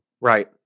Right